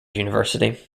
university